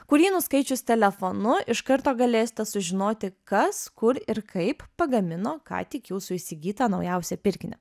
kurį nuskaičius telefonu iš karto galėsite sužinoti kas kur ir kaip pagamino ką tik jūsų įsigytą naujausią pirkinį